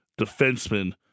defenseman